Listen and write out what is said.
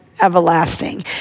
Everlasting